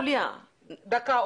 יוליה --- דקה,